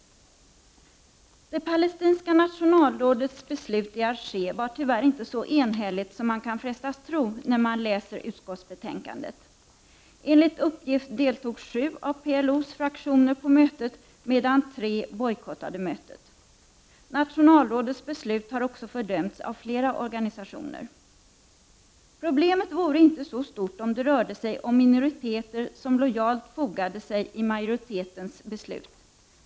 Det palestinska nationalrådets beslut i Alger var tyvärr inte så enhälligt som man kan frestas tro när man läser utskottsbetänkandet. Enligt uppgift deltog sju av PLO:s fraktioner på mötet medan tre bojkottade mötet. Nationalrådets beslut har också fördömts av flera organisationer. Problemet vore inte så stort om det rörde sig om minoriteter som lojalt fogade sig i majoritetens beslut.